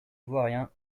ivoirien